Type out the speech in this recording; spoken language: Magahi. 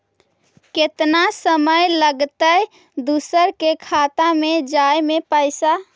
केतना समय लगतैय दुसर के खाता में जाय में पैसा?